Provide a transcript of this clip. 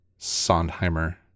Sondheimer